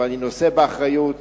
אבל אני נושא באחריות,